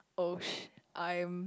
oh sh~ I am